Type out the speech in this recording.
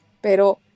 Pero